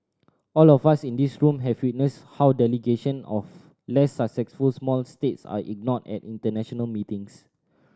all of us in this room have witnessed how delegation of less successful small states are ignored at international meetings